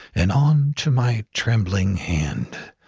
and onto my trembling hand.